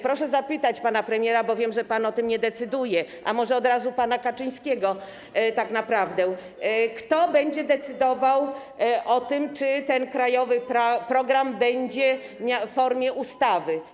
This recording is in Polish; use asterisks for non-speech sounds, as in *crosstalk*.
Proszę zapytać pana premiera, bo wiem, że pan o tym nie decyduje, a może od razu pana Kaczyńskiego, *noise* kto tak naprawdę będzie decydował o tym, czy ten krajowy program będzie w formie ustawy.